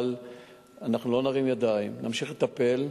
אבל אנחנו לא נרים ידיים, נמשיך לטפל.